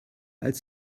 als